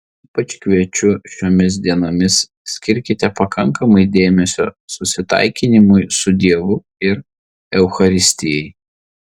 ypač kviečiu šiomis dienomis skirkite pakankamai dėmesio susitaikinimui su dievu ir eucharistijai